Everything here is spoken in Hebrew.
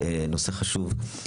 צהריים טובים.